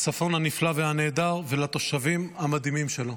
הצפון הנפלא והנהדר, ולתושבים המדהימים שלו.